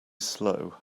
slow